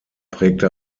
prägte